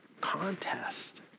contest